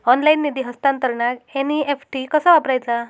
Online निधी हस्तांतरणाक NEFT कसा वापरायचा?